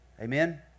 Amen